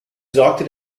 sorgte